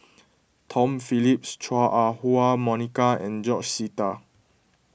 Tom Phillips Chua Ah Huwa Monica and George Sita